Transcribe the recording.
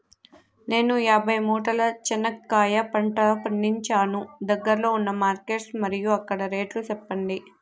నేను యాభై మూటల చెనక్కాయ పంట పండించాను దగ్గర్లో ఉన్న మార్కెట్స్ మరియు అక్కడ రేట్లు చెప్పండి?